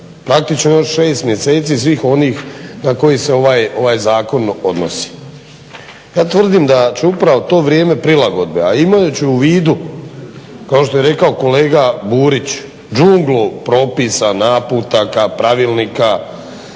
praktično još 6 mjeseci svih onih na koji se ovaj zakon odnosi. Ja tvrdim da ću upravo to vrijeme prilagodbe, a imajući u vidu kao što je rekao kolega Burić, džuglupropisa, naputaka, pravilnika